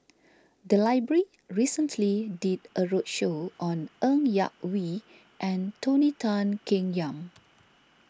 the library recently did a roadshow on Ng Yak Whee and Tony Tan Keng Yam